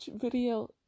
video